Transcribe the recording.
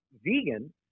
vegan